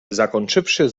zakończywszy